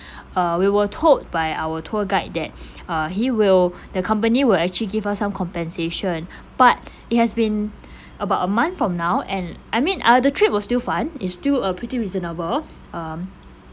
uh we were told by our tour guide that uh he will the company will actually give us some compensation but it has been about a month from now and I mean ah the trip was still fun is still a pretty reasonable um